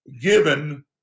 given